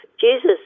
Jesus